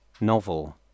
novel